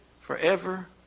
forever